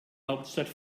hauptstadt